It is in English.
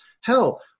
hell